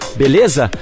beleza